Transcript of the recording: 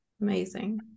amazing